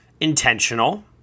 intentional